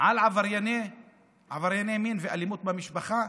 על עברייני מין ואלימות במשפחה,